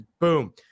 boom